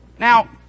Now